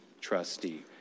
trustee